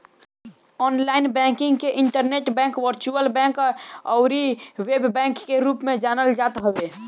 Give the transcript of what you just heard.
online banking के internet bank, virtual bank अउरी web bank के रूप में जानल जात हवे